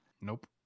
Nope